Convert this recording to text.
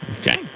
Okay